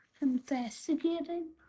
investigating